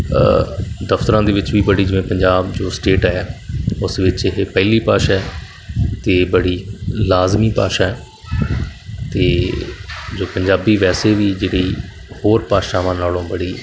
ਦਫਤਰਾਂ ਦੇ ਵਿੱਚ ਵੀ ਬੜੀ ਜਿਵੇਂ ਪੰਜਾਬ ਜੋ ਸਟੇਟ ਹੈ ਉਸ ਵਿੱਚ ਇਹ ਪਹਿਲੀ ਭਾਸ਼ਾ ਅਤੇ ਬੜੀ ਲਾਜ਼ਮੀ ਭਾਸ਼ਾ ਅਤੇ ਜੋ ਪੰਜਾਬੀ ਵੈਸੇ ਵੀ ਜਿਹੜੀ ਹੋਰ ਭਾਸ਼ਾਵਾਂ ਨਾਲੋਂ ਬੜੀ